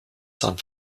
san